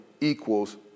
equals